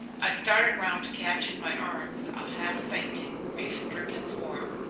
i started round to catch in my arms a half-fainting, grief-stricken form,